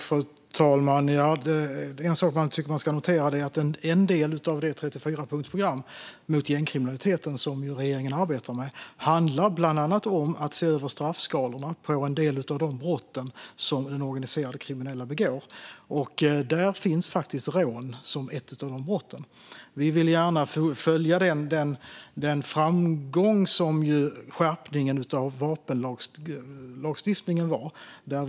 Fru talman! En sak jag tycker att man ska notera är att det 34-punktsprogram mot gängkriminaliteten som regeringen arbetar med bland annat handlar om att se över straffskalorna på en del av de brott som begås av organiserat kriminella personer. Där finns faktiskt rån med som ett av brotten. Vi vill gärna följa den framgång som skärpningen av vapenlagstiftningen ju var.